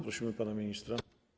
Prosimy pana ministra.